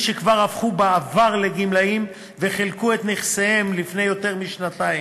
שכבר הפכו בעבר לגמלאים וחילקו את נכסיהם לפני יותר משנתיים,